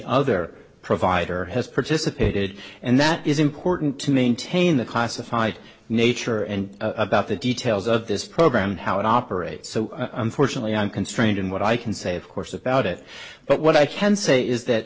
other provider has participated and that is important to maintain the classified nature and about the details of this program how it operates so unfortunately i'm constrained in what i can say of course about it but what i can say is that